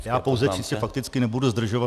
Já pouze čistě fakticky, nebudu zdržovat.